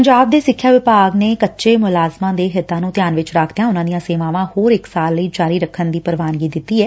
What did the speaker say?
ਪੰਜਾਬ ਦੇ ਸਿੱਖਿਆ ਵਿਭਾਗ ਨੇ ਕੱਚੇ ਮੁਲਾਜ਼ਮਾਂ ਦੇ ਹਿੱਤਾਂ ਨੂੰ ਧਿਆਨ ਵਿੱਚ ਰੱਖਦਿਆਂ ਉਨੁਾਂ ਦੀਆਂ ਸੇਵਾਵਾਂ ਹੋਰ ਇੱਕ ਸਾਲ ਲਈ ਜਾਰੀ ਰੱਖਣ ਦੀ ਪ੍ਰਵਾਨਗੀ ਦੇ ਦਿੱਤੀ ਏ